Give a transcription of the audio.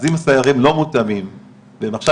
אז אם הסיירים לא מותאמים והם עכשיו